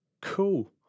Cool